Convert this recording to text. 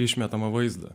išmetamą vaizdą